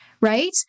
Right